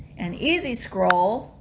and easy scroll